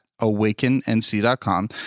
awakennc.com